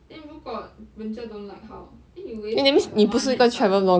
then 如果人家 don't like how then you waste all your money and time